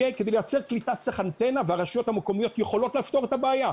כדי לייצר קליטה צריך אנטנה והרשויות המקומיות יכולות לפתור את הבעיה.